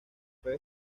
fue